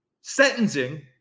sentencing